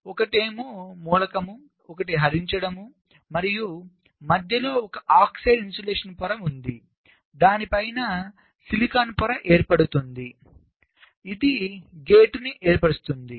కాబట్టి ఒకటి మూలం ఒకటి హరించడం మరియు మధ్యలో ఒక ఆక్సైడ్ ఇన్సులేషన్ పొర ఉంది దాని పైన పాలిసిలికాన్ పొర ఏర్పడుతుంది ఇది గేటును ఏర్పరుస్తుంది